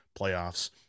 playoffs